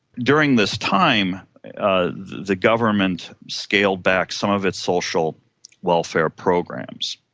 during this time the government scaled back some of its social welfare programs,